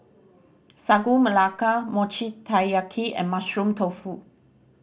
Sagu Melaka Mochi Taiyaki and Mushroom Tofu